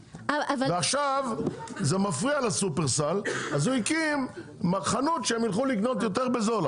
עכשיו זה מפריע לשופרסל אז הוא הקים חנות כדי שהם ילכו לקנות יותר בזול,